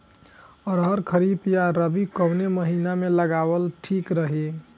अरहर खरीफ या रबी कवने महीना में लगावल ठीक रही?